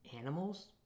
animals